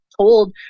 told